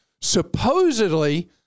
supposedly